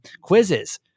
quizzes